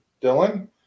Dylan